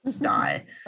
die